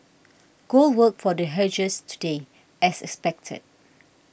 gold worked for the hedgers today as expected